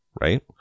Right